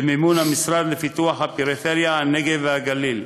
במימון המשרד לפיתוח הפריפריה, הנגב והגליל.